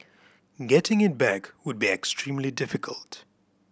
getting it back would be extremely difficult